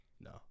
No